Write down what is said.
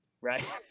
Right